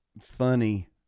funny